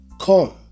Come